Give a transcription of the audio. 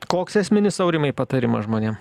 koks esminis aurimai patarimas žmonėm